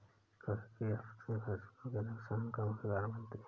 कुदरती आफतें फसलों के नुकसान का मुख्य कारण बनती है